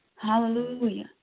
Hallelujah